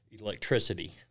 electricity